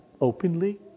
openly